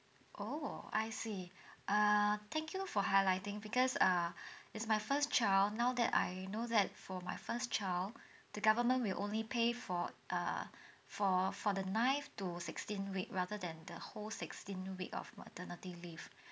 orh I see err thank you for highlighting because err it's my first child now that I know that for my first child the government will only pay for err for for the nine to sixteen week rather than the whole sixteen week of maternity leave